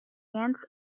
ends